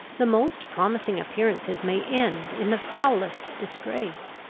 the most promising appearances may end in the foulest disgrace.